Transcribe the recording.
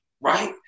right